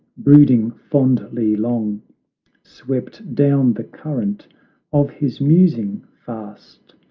brooding fondly long swept down the current of his musing, fast,